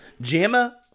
JAMA